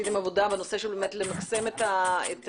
עשיתם עבודה למקסם את התועלות,